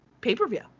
pay-per-view